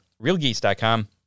Realgeese.com